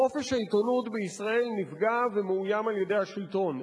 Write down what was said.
חופש העיתונות בישראל נפגע ומאוים על-ידי השלטון.